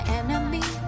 enemy